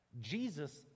Jesus